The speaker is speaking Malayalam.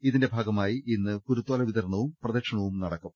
ഇതിന്റെ ഭാഗമായി ഇന്ന് കുരുത്തോല വിതരണവും പ്രദക്ഷിണവും നടക്കും